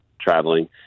traveling